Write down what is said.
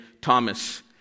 Thomas